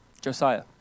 Josiah